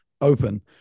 open